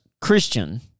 Christian